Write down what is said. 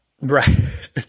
Right